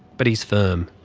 but he's firm.